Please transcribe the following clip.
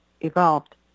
evolved